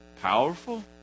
powerful